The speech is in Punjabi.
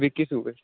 ਬਿੱਕੀ ਸ਼ੂਜ਼